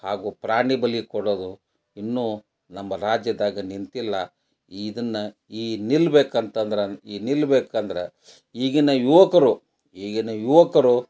ಹಾಗೂ ಪ್ರಾಣಿಬಲಿ ಕೊಡೋದು ಇನ್ನೂ ನಮ್ಮ ರಾಜ್ಯದಾಗ ನಿಂತಿಲ್ಲ ಈ ಇದನ್ನು ಈ ನಿಲ್ಬೇಕು ಅಂತಂದ್ರೆ ಈ ನಿಲ್ಬೇಕು ಅಂದ್ರೆ ಈಗಿನ ಯುವಕರು ಈಗಿನ ಯುವಕರು